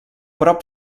prop